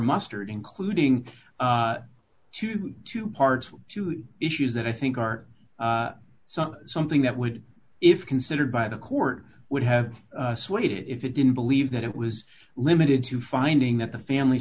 mustered including to two parts issues that i think are some something that would if considered by the court would have swayed it if it didn't believe that it was limited to finding that the family